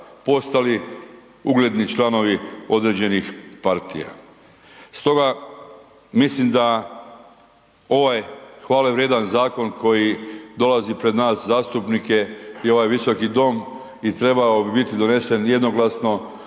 postali ugledni članovi određenih partija. Stoga, mislim da ovaj hvale vrijedan zakon koji dolazi pred nas zastupnike i ovaj Visoki dom i trebao bi biti donesen jednoglasno